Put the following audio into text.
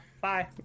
Bye